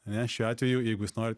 ane šiuo atveju jeigu jūs norit